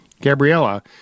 Gabriella